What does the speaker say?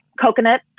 coconut